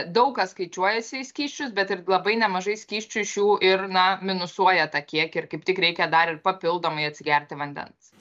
daug kas skaičiuojasi į skysčius bet ir labai nemažai skysčių šių ir na minusuoja tą kiekį ir kaip tik reikia dar ir papildomai atsigerti vandens